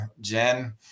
Jen